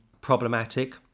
problematic